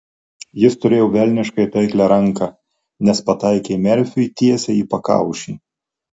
jis turėjo velniškai taiklią ranką nes pataikė merfiui tiesiai į pakaušį